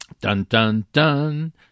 Dun-dun-dun